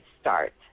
start